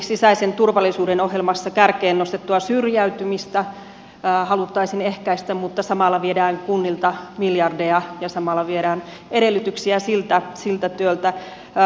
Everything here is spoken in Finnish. sisäisen turvallisuuden ohjelmassa kärkeen nostettua syrjäytymistä haluttaisiin ehkäistä mutta samalla viedään kunnilta miljardeja ja samalla viedään edellytyksiä siltä työltä